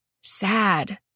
sad